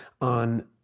on